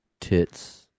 tits